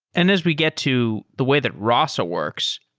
and as we get to the way that rasa works,